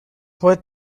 what